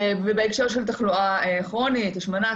ובהקשר של תחלואה כרונית: השמנה,